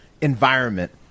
environment